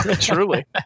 Truly